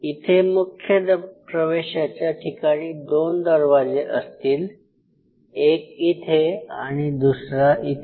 इथे मुख्य प्रवेशाच्या ठिकाणी दोन दरवाजे असतील एक इथे आणि दुसरा इथे